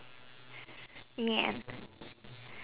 ya